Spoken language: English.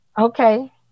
Okay